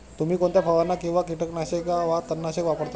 तुम्ही कोणत्या फवारण्या किंवा कीटकनाशके वा तणनाशके वापरता?